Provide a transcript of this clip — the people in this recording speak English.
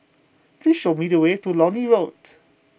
please show me the way to Lornie roat